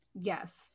yes